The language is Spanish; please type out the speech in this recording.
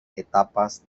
etapas